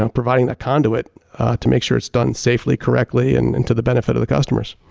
um providing that conduit to make sure it's done safely, correctly and into the benefit of the customers.